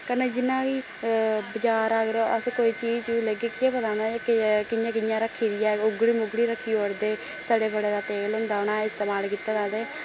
कन्नै जि'यां कि बजार अगर अस कोई चीज चूज लैग्गे केह् पता में एह् कि'यां कि'यां रक्खी दी ऐ उगड़ी मुगड़ी रक्खी ओड़दे सड़े पड़े दा तेल होंदा उ'नें इस्तेमाल कीते दा ते